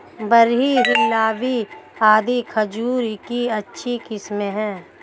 बरही, हिल्लावी आदि खजूर की अच्छी किस्मे हैं